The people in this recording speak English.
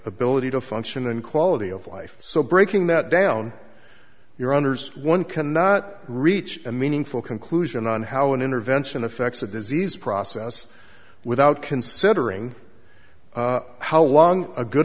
ability to function and quality of life so breaking that down your honour's one cannot reach a meaningful conclusion on how an intervention affects the disease process without considering how long a good